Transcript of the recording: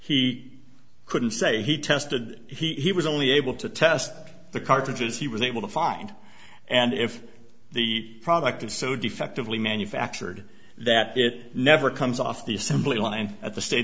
he couldn't say he tested he was only able to test the cartridges he was able to find and if the product is so defectively manufactured that it never comes off the assembly line at the state